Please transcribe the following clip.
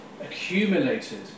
accumulated